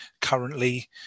currently